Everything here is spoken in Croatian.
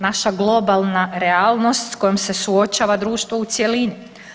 Naša globalna realnost s kojom se suočava društvo u cjelini.